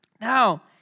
Now